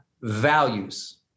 values